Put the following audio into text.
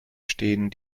stehen